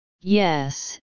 Yes